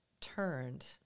turned